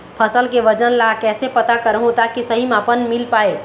फसल के वजन ला कैसे पता करहूं ताकि सही मापन मील पाए?